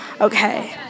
Okay